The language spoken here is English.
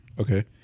okay